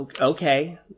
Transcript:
Okay